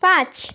পাঁচ